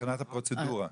מבחינת הפרוצדורה?